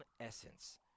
essence